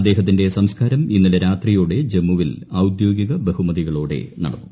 അദ്ദേഹത്തിന്റെ സംസ്ക്കാരം ഇന്നലെ രാത്രിയോടെ ജമ്മുവിൽ ഔദ്യോഗിക ബഹുമതികളോടെ നടന്നു